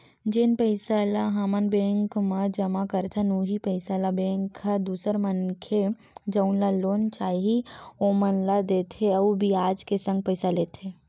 जेन पइसा ल हमन बेंक म जमा करथन उहीं पइसा ल बेंक ह दूसर मनखे जउन ल लोन चाही ओमन ला देथे अउ बियाज के संग पइसा लेथे